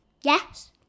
Yes